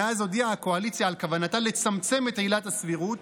מאז הודיעה הקואליציה על כוונתה לצמצם את עילת הסבירות,